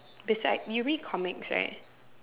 beside you read comics right